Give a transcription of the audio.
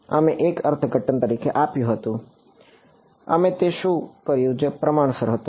અમે એક અર્થઘટન તરીકે આપ્યું હતું અમે તે શું કર્યું જે પ્રમાણસર હતું